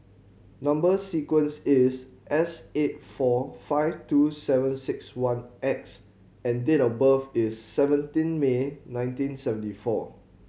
number sequence is S eight four five two seven six one X and date of birth is seventeen May nineteen seventy four